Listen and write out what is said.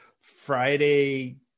Friday